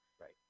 Right